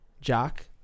Jack